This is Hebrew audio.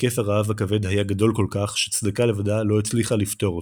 היקף הרעב הכבד היה גדול כל-כך שצדקה לבדה לא הצליחה לפתור אותו.